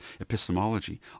epistemology